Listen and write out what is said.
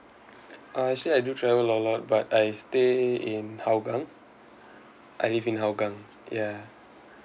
uh actually I do travel a lot lot but I stay in hougang I live in hougang ya